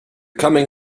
coming